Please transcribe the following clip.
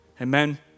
Amen